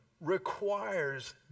requires